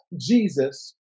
Jesus